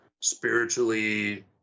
spiritually